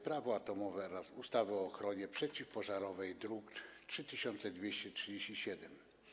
Prawo atomowe oraz ustawy o ochronie przeciwpożarowej, druk nr 3237.